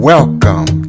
Welcome